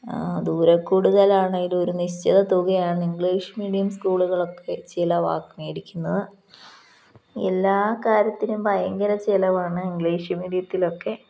ദൂരക്കൂടുതലാണെങ്കിലും ഒരു നിശ്ചിത തുകയാണ് ഇംഗ്ലീഷ് മീഡിയം സ്കൂളുകളൊക്കെ വാങ്ങിക്കുന്നത് എല്ലാ കാര്യത്തിനും ഭയങ്കര ചെലവാണ് ഇംഗ്ലീഷ് മീഡിയത്തിലൊക്കെ